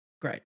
Great